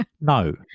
no